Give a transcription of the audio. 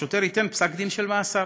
השוטר ייתן פסק-דין של מאסר.